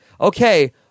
okay